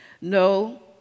No